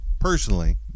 personally